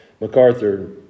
MacArthur